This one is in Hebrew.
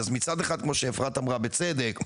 אז מצד אחד כמו שאפרת אמרה בצדק,